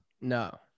No